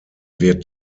wird